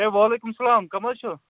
ہے وعلیکُم سلام کٔم حظ چھُو